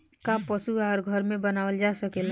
का पशु आहार घर में बनावल जा सकेला?